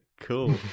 Cool